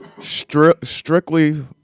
strictly